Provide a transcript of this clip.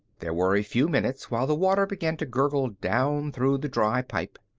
there were a few minutes while the water began to gurgle down through the dry pipe.